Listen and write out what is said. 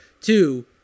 Two